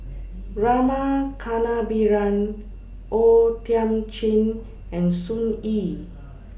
Rama Kannabiran O Thiam Chin and Sun Yee